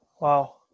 wow